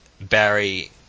Barry